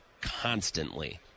constantly